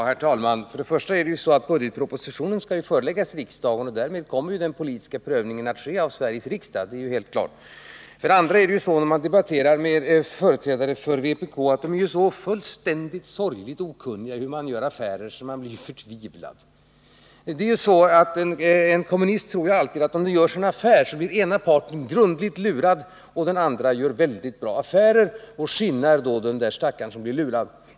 Herr talman! För det första har budgetpropositionen förelagts riksdagen. Därmed kommer den politiska prövningen att göras av Sveriges riksdag — det är helt klart. För det andra är debattörer som företräder vpk så sorgligt okunniga om hur man gör affärer att jag blir förtvivlad. En kommunist tror att den ena parten när det görs en affär alltid blir grundligt lurad och att den andra parten gör en mycket bra affär och skinnar den stackare som blir lurad.